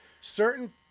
certain